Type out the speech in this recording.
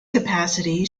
capacity